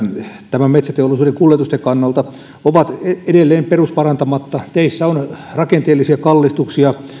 metsäteollisuuden kuljetusten kannalta ovat edelleen perusparantamatta teissä on rakenteellisia kallistuksia ja